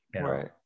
Right